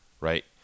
right